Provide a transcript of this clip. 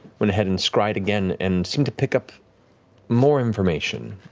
went ahead and scryed again and seemed to pick up more information.